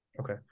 Okay